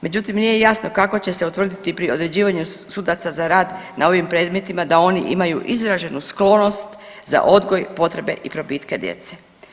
Međutim, nije jasno kako će se utvrditi pri određivanju sudaca za rad na ovim predmetima da oni imaju izraženu sklonost za odgoj, potrebe i probitke djece.